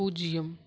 பூஜ்ஜியம்